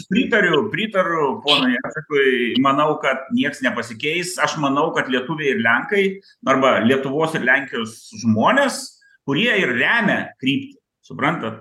pritariu pritariu ponui jacekui manau kad nieks nepasikeis aš manau kad lietuviai ir lenkai arba lietuvos ir lenkijos žmonės kurie ir remia kryptį suprantat